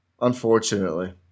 Unfortunately